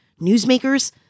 newsmakers